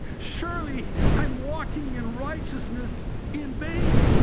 surely i'm walking in righteousness in vain